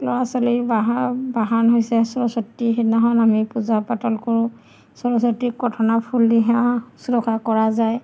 ল'ৰা ছোৱালীৰ বাব বাহন হৈছে সৰস্বতী সিদিনাখনখন আমি পূজা পাতল কৰোঁ সৰস্বতীক কথনা ফুল দি সেৱা শুশ্ৰূষা কৰা যায়